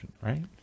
right